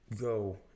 go